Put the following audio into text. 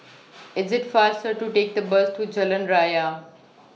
IS IT faster to Take The Bus to Jalan Raya